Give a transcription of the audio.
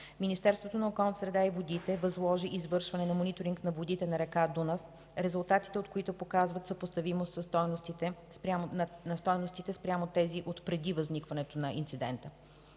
Министерството на околната среда и водите възложи извършване на мониторинг на водите на река Дунав, резултатите от които показват съпоставимост със стойностите спрямо тези отпреди възникването на инцидента.